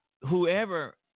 whoever